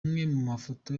mafoto